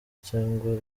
cyangwa